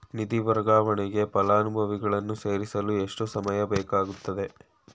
ನಿಧಿ ವರ್ಗಾವಣೆಗೆ ಫಲಾನುಭವಿಗಳನ್ನು ಸೇರಿಸಲು ಎಷ್ಟು ಸಮಯ ಬೇಕಾಗುತ್ತದೆ?